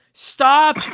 Stop